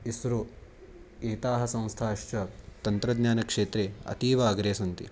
इस्रो एताः संस्थाश्च तन्त्रज्ञानक्षेत्रे अतीव अग्रे सन्ति